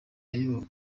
ayoboye